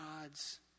God's